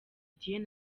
dieu